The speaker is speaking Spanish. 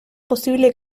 posible